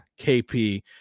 KP